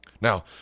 now